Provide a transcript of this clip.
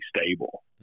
stable